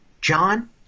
John